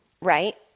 right